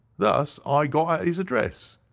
thus i got at his address.